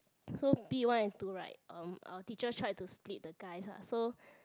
so P-one and two right um our teacher tried to split the guys ah so